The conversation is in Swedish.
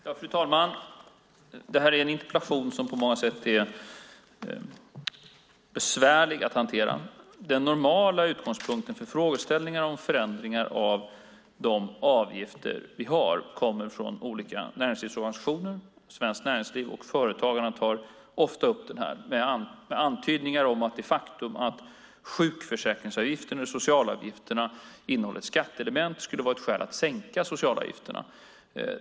Fru talman! Detta är en interpellation som på många sätt är besvärlig att hantera. Det normala är att frågeställningar om förändringar av de avgifter vi har kommer från olika näringslivsorganisationer. Svenskt Näringsliv och Företagarna tar ofta upp det, med antydningar om att det faktum att sjukförsäkringsavgiften och socialavgifterna innehåller ett skatteelement skulle vara ett skäl att sänka socialavgifterna.